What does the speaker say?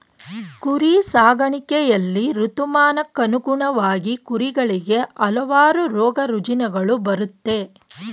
ಕುರಿ ಸಾಕಾಣಿಕೆಯಲ್ಲಿ ಋತುಮಾನಕ್ಕನುಗುಣವಾಗಿ ಕುರಿಗಳಿಗೆ ಹಲವಾರು ರೋಗರುಜಿನಗಳು ಬರುತ್ತೆ